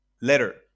letter